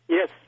Yes